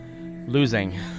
losing